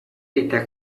eta